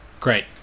great